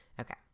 Okay